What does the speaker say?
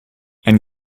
ein